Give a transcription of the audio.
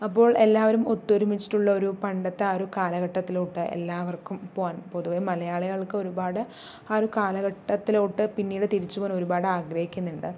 അപ്പോൾ എല്ലാവരും ഒത്തൊരുമിച്ചിട്ടുള്ള ഒരു പണ്ടത്തെ ആ ഒരു കാലഘട്ടത്തിലോട്ട് എല്ലാവർക്കും പോകാൻ പൊതുവേ മലയാളികൾക്ക് ഒരുപാട് ആ ഒരു കാലഘട്ടത്തിലോട്ട് പിന്നീട് തിരിച്ച് പോകാൻ ഒരുപാട് ആഗ്രഹിക്കുന്നുണ്ട്